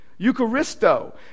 eucharisto